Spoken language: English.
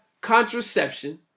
contraception